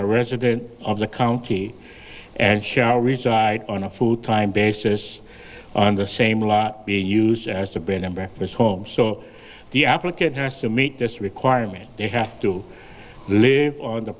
a resident of the county and shall reside on a full time basis on the same lot being used as a bare number miss home so the applicant has to meet this requirement they have to live on the